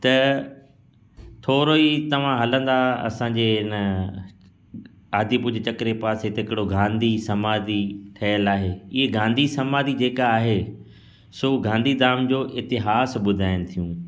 त थोरो ई तव्हां हलंदा असांजे हिन आदिपुर जे चकरे पासे हिते हिकिड़ो गांधी समाधी ठहियल आहे इहा गांधी समाधी जेका आहे सो गांधी धाम जो इतिहासु ॿुधाइनि थियूं